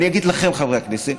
אני אגיד לכם, חברי הכנסת,